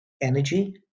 energy